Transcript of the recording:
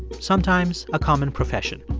sometimes a common profession.